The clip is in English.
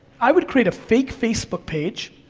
i would create a fake facebook page,